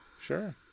Sure